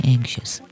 Anxious